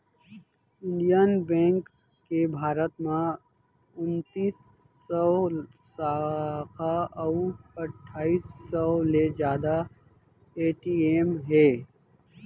Indian bank के भारत म उनतीस सव साखा अउ अट्ठाईस सव ले जादा ए.टी.एम हे